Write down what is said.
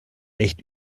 echt